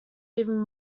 even